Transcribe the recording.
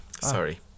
sorry